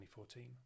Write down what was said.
2014